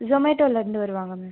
சொமேட்டோலருந்து வருவாங்கள் மேம்